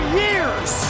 years